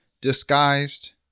disguised